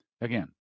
Again